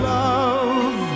love